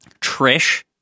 Trish